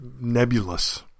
nebulous